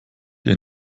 der